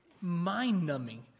mind-numbing